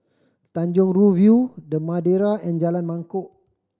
Tanjong Rhu View The Madeira and Jalan Mangkok